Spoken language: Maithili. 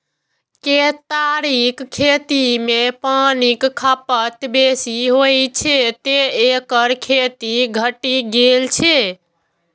केतारीक खेती मे पानिक खपत बेसी होइ छै, तें एकर खेती घटि गेल छै